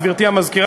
גברתי המזכירה?